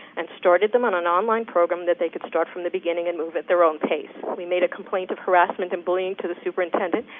and started them on an online program that they could start from the beginning, and move at their own pace. we made a complaint of harassment and bullying to the superintendent,